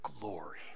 glory